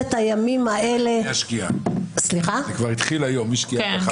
זה כבר התחיל היום משקיעת החמה.